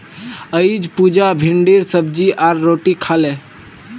अईज पुजा भिंडीर सब्जी आर रोटी खा ले